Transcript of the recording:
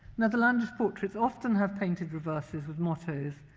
netherlandish portraits often have painted reverses with mottos,